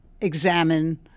examine